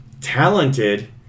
talented